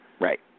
Right